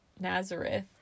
Nazareth